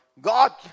God